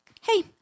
Hey